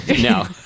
No